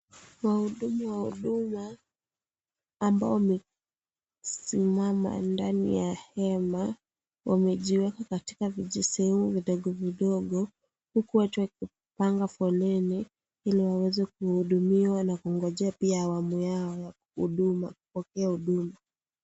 Wahudumu wa huduma ambao wamesimama ndani ya hema, wamejiweka katika vijisehemu vidogo vidogo huku watu wakipanga foleni ili waweze kuhudumiwa na kungojea pia awamu yao ya kupokea huduma.